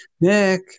Nick